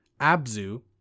Abzu